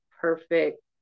perfect